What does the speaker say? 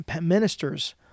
ministers